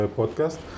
podcast